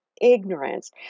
ignorance